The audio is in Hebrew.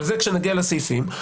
אבל זה כשנגיע לסעיפים,